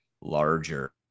larger